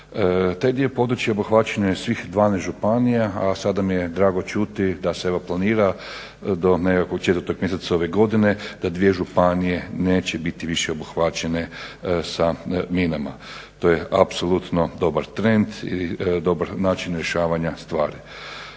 Taj dio područja obuhvaćeno je svih 12 županija, a sada mi je drago čuti da se evo planira do 4. mjeseca ove godine da dvije županije neće biti više obuhvaćene sa minama. To je apsolutno dobar trend i dobar način rješavanja stvari.